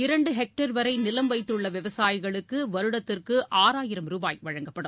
இரண்டு ஹெக்டேர் வரை நிலம் வைத்துள்ள விவசாயிகளுக்கு வருடத்திற்கு ஆறாயிரம் ரூபாய் வழங்கப்படும்